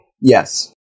Yes